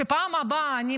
שבפעם הבאה אני,